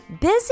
Busy